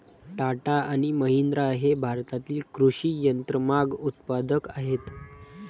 टाटा आणि महिंद्रा हे भारतातील कृषी यंत्रमाग उत्पादक आहेत